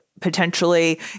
potentially